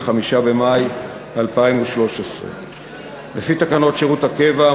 5 במאי 2013. לפי תקנות שירות הקבע,